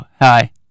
hi